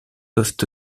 peuvent